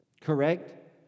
Correct